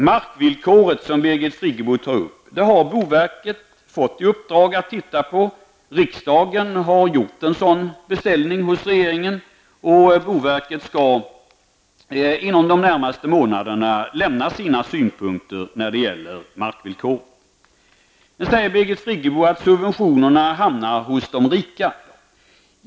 Markvillkoret, som Birgit Friggebo tog upp, har boverket fått i uppdrag att titta på. Riksdagen har gjort en sådan beställning hos regeringen, och boverket skall inom de närmaste månaderna lämna sina synpunkter på markvillkoret. Birgit Friggebo säger att subventionerna hamnar hos de rika.